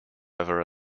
over